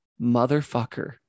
motherfucker